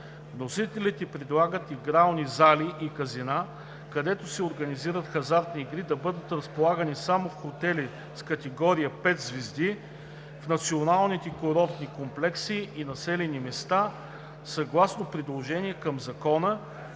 Вносителите предлагат игрални зали и казина, където се организират хазартни игри, да бъдат разполагани само в хотели с категория пет звезди в националните курортни комплекси и населени места съгласно приложение към Закона,